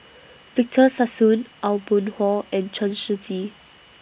Victor Sassoon Aw Boon Haw and Chen Shiji